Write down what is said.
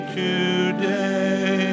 today